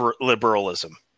liberalism